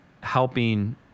helping